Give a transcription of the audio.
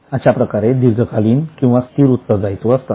अशाप्रकारे दीर्घकालीन किंवा स्थिर उत्तरदायित्व असतात